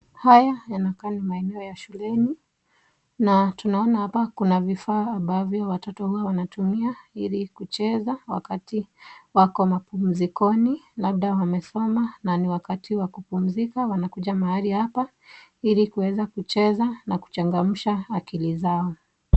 Haya yanakaa ni maeneo ya shuleni. Na tunaona hapa kuna vifaa ambavyo watoto huwahu tumia kuchezea wakati wako mapumzikini. Labda wame soma na ni wakati wa kupumzika, wanakuja mahali hapa Ili kuweza kuweza na kuchangasha akili zao.